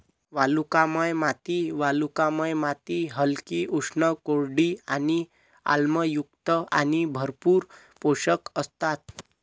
वालुकामय माती वालुकामय माती हलकी, उष्ण, कोरडी आणि आम्लयुक्त आणि भरपूर पोषक असतात